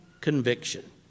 conviction